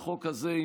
שהחוק הזה,